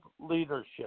leadership